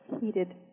heated